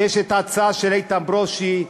יש ההצעה של איתן ברושי,